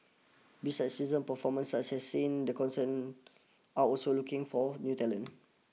besides seasoned performers such as sin the concern are also looking for new talent